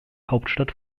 hauptstadt